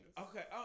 okay